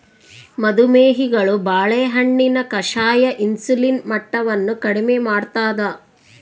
ಮದು ಮೇಹಿಗಳು ಬಾಳೆಹಣ್ಣಿನ ಕಷಾಯ ಇನ್ಸುಲಿನ್ ಮಟ್ಟವನ್ನು ಕಡಿಮೆ ಮಾಡ್ತಾದ